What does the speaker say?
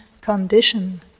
condition